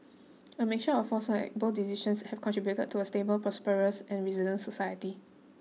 a mixture of foresight and bold decisions have contributed to a stable prosperous and resilient society